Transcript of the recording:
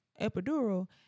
epidural